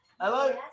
Hello